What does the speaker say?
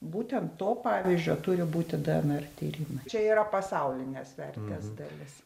būten to pavyzdžio turi būti dnr tyrimai čia yra pasaulinės vertės dalis